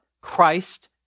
Christ